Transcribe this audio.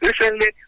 Recently